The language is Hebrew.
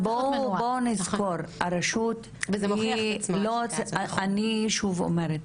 אבל בואו נזכור, אני שוב אומרת.